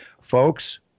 Folks